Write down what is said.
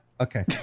Okay